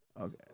Okay